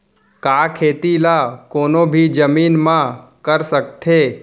का खेती ला कोनो भी जमीन म कर सकथे?